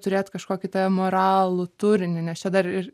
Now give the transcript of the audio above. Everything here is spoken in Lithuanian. turėt kažkokį tą moralų turinį nes čia dar ir